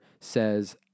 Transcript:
says